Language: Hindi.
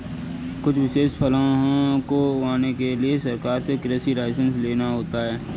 कुछ विशेष फसलों को उगाने के लिए सरकार से कृषि लाइसेंस लेना होता है